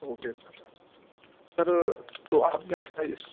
okay sir sir تو آپ کے یہاں کا اس